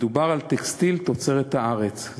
מדובר על טקסטיל תוצרת הארץ.